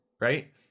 right